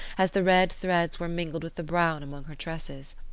as the red threads were mingled with the brown among her tresses.